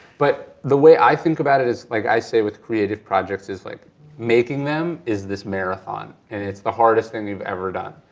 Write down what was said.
but the way i think about it is, like i say with creative projects is like making them is this marathon and it's the hardest thing you've ever done.